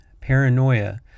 paranoia